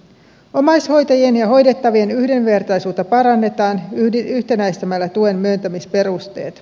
omaishoitajien ja hoidettavien yhdenvertaisuutta parannetaan yhtenäistämällä tuen myöntämisperusteet